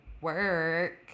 work